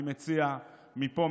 אני מציע מפה,